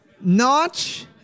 Notch